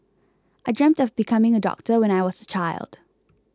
I dreamt of becoming a doctor when I was a child